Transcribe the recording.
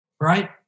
right